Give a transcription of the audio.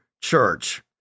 church